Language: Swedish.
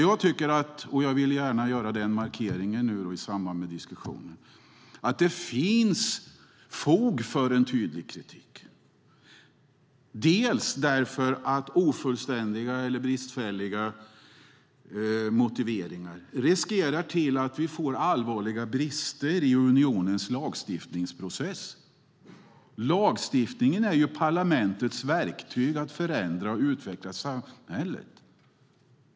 Jag vill därför göra markeringen i den här diskussionen att det finns fog för en tydlig kritik. Det ena skälet är att ofullständiga eller bristfälliga motiveringar riskerar att vi får allvarliga brister i unionens lagstiftningsprocess. Lagstiftningen är ju parlamentets verktyg för att förändra och utveckla samhället.